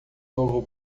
novo